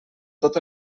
tot